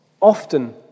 often